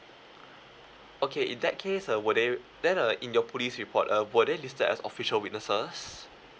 okay in that case uh were they then uh in your police report uh were they listed as official witnesses